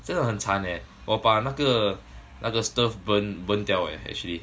真的很惨 eh 我把那个那个 stove burn burn 掉 leh actually